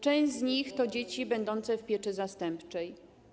Część z nich to dzieci będące w pieczy zastępczej.